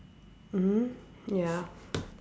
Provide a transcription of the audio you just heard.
mmhmm ya